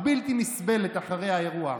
הבלתי-נסבלת אחרי האירוע.